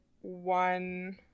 one